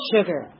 Sugar